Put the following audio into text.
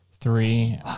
three